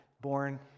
born